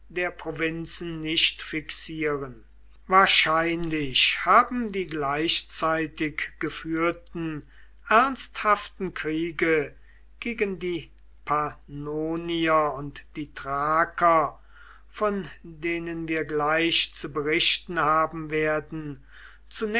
der provinzen nicht fixieren wahrscheinlich haben die gleichzeitig geführten ernsthaften kriege gegen die pannonier und die thraker von denen wir gleich zu berichten haben werden